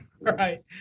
Right